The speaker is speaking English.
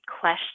question